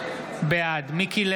בעד מיקי לוי,